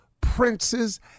princes